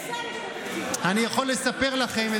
אני יכול לספר לכם,